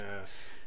yes